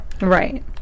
Right